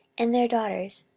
and their daughters,